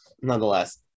nonetheless